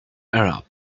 arab